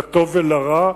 לטוב ולרע.